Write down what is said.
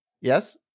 Yes